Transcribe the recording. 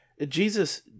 Jesus